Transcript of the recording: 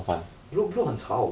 blue blue 很吵